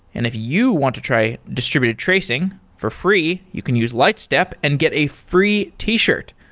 and if you want to try distributed tracing for free, you can use lightstep and get a free t-shirt.